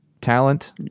talent